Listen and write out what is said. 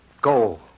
go